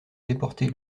déporté